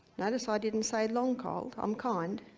notice i didn't say long cold, i'm kind.